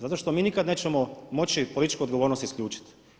Zato što mi nikad nećemo moći političku odgovornost isključiti.